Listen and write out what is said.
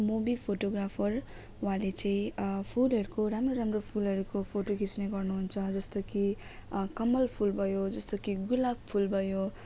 movie photographer उहाँले चाहिँ फुलहरूको राम्रो राम्रो फुलहरूको फोटो खिच्ने गर्नुहुन्छ जस्तो कि कमल फुल भयो जस्तो कि गुलाब फुल भयो